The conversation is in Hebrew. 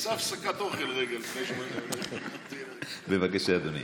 תעשה הפסקת אוכל רגע, לפני, בבקשה, אדוני.